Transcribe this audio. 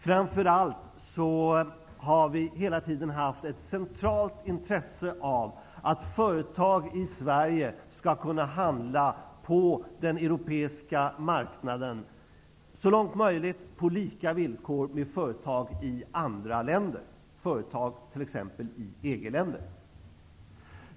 Framför allt har vi hela tiden haft ett centralt intresse av att företag i Sverige skall kunna handla på den europeiska marknaden, så långt möjligt på samma villkor som företag i andra länder -- företag i exempelvis EG-länderna.